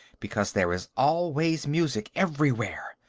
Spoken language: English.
because there is always music, everywhere.